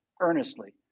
earnestly